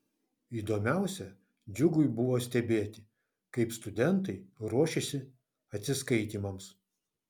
įdomiausia džiugui buvo stebėti kaip studentai ruošiasi atsiskaitymams